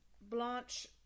Blanche